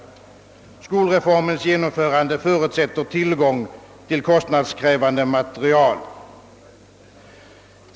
Skolreformens genomförande förutsätter tillgång till kostnadskrävande materiel.